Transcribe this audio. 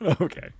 Okay